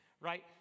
right